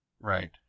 Right